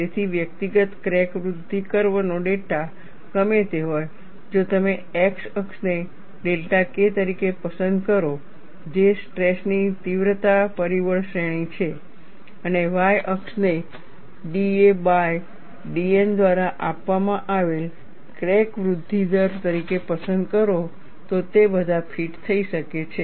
તેથી વ્યક્તિગત ક્રેક વૃદ્ધિ કર્વ નો ડેટા ગમે તે હોય જો તમે x અક્ષને ડેલ્ટા K તરીકે પસંદ કરો જે સ્ટ્રેસ ની તીવ્રતા પરિબળ શ્રેણી છે અને y અક્ષને da બાય dN દ્વારા આપવામાં આવેલ ક્રેક વૃદ્ધિ દર તરીકે પસંદ કરો તો તે બધા ફીટ થઈ શકે છે